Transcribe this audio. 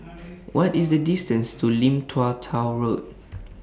What IS The distance to Lim Tua Tow Road